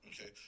okay